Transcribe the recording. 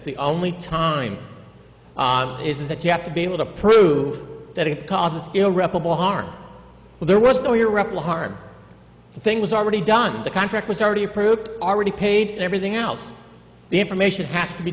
the only time is that you have to be able to prove that it causes irreparable harm there was no your reply harm thing was already done the contract was already approved already paid and everything else the information has to be